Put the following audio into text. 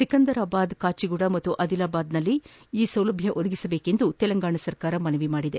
ಸಿಕಂದರಾಬಾದ್ ಕಾಚಿಗುಡ ಮತ್ತು ಆದಿಲಾಬಾದ್ನಲ್ಲಿ ಈ ಸೌಲಭ್ಯವನ್ನು ಒದಗಿಸುವಂತೆ ತೆಲಂಗಾಣ ಸರ್ಕಾರ ಕೋರಿದೆ